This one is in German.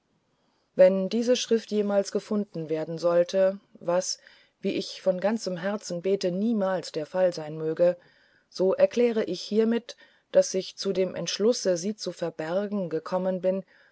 wenn diese schrift jemals gefunden werden sollte was wie ich von ganzem herzen bete niemals der fall sein möge so erkläre ich hiermit daß ich zu dem entschlusse sie zu verbergen gekommen bin